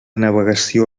navegació